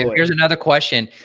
here's another question,